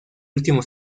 último